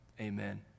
amen